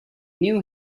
knew